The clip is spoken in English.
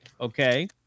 okay